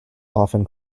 often